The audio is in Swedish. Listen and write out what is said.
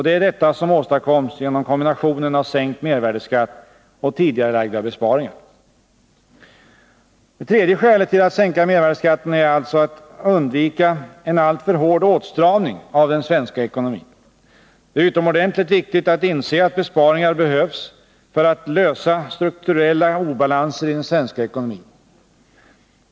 Det är detta som åstadkoms genom kombinationen av sänkt mervärdeskatt och tidigarelagda besparingar. Det tredje skälet till att sänka mervärdeskatten är alltså att undvika en alltför hård åtstramning av den svenska ekonomin. Det är utomordentligt viktigt att inse att besparingar behövs för att lösa strukturella obalanser i den svenska ekonomin.